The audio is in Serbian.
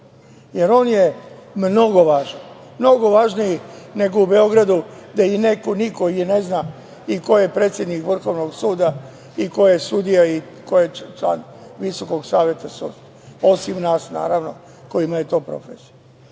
jer on je mnogo važan, mnogo važniji nego u Beogradu, gde i niko nikoga ne zna i ko je predsednik Vrhovnog suda i ko je sudija i ko je član VSS, osim nas naravno kojima je to profesija.